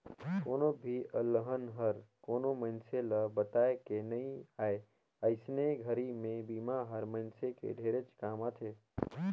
कोनो भी अलहन हर कोनो मइनसे ल बताए के नइ आए अइसने घरी मे बिमा हर मइनसे के ढेरेच काम आथे